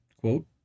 quote